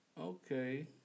Okay